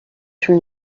شون